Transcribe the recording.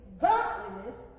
godliness